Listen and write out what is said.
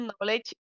knowledge